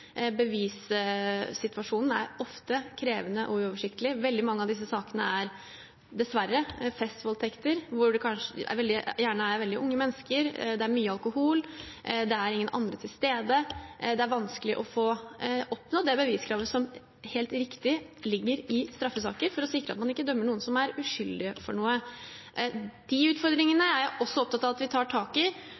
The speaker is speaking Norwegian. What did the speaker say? Bevissituasjonen er ofte krevende og uoversiktlig. Veldig mange av disse sakene er dessverre festvoldtekter, hvor det gjerne er veldig unge mennesker, det er mye alkohol, det er ingen andre til stede, og hvor det er vanskelig å få oppnådd det beviskravet som – helt riktig – ligger i straffesaker for å sikre at man ikke dømmer noen som er uskyldige. De utfordringene er jeg også opptatt av at vi tar tak i,